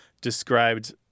described